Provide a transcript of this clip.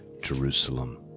Jerusalem